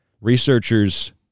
Researchers